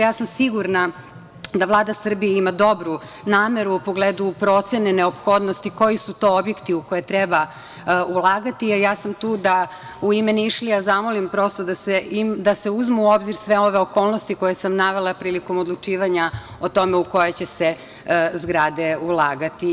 Ja sam sigurna da Vlada Srbije ima dobru nameru u pogledu procene neophodnosti koji su to objekti u koje treba ulagati, a ja sam tu da u ime Nišlija zamolim prosto da se uzmu u obzir sve ove okolnosti koje sam navela prilikom odlučivanja o tome u koje će se zgrade ulagati.